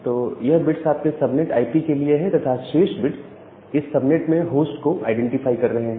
तो यह बिट्स आपके सबनेट आईपी के लिए हैं तथा शेष बिट्स इस सबनेट में होस्ट को आईडेंटिफाई कर रहे हैं